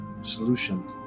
solution